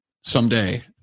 someday